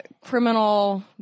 criminal